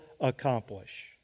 accomplish